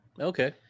Okay